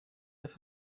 have